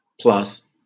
plus